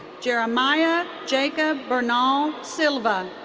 jeremiah jacob bernal silva.